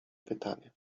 pytanie